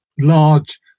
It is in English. large